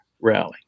rally